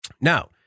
Now